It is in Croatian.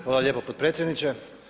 Hvala lijepo potpredsjedniče.